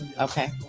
Okay